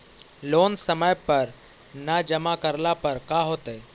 Loan समय पर न जमा करला पर का होतइ?